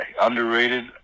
underrated